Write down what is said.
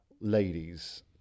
ladies